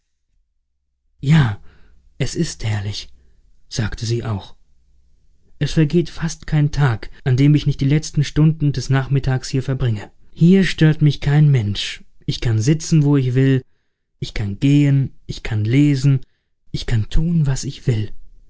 ja es ist herrlich sagte sie auch es vergeht fast kein tag an dem ich nicht die letzten stunden des nachmittags hier verbringe hier stört mich kein mensch ich kann sitzen wo ich will ich kann gehen ich kann lesen ich kann tun was ich will